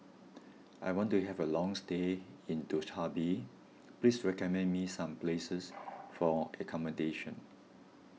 I want to have a long stay in Dushanbe Please recommend me some places for accommodation